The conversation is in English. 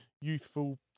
youthful